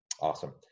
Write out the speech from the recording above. Awesome